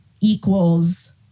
equals